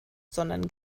sondern